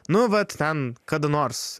nu vat ten kada nors